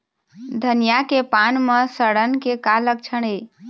धनिया के पान म सड़न के का लक्षण ये?